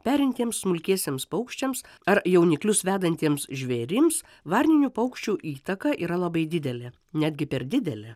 perintiems smulkiesiems paukščiams ar jauniklius vedantiems žvėrims varninių paukščių įtaka yra labai didelė netgi per didelė